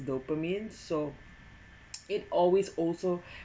dopamine so it always also